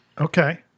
Okay